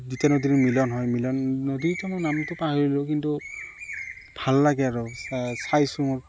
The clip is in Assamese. দুটা নদীৰ মিলন হয় মিলন নদীখনৰ নামটো পাহৰিলোঁ কিন্তু ভাল লাগে আৰু চাই চাইছোঁ